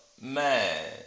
man